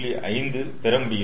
5 பெறமுடிகிறது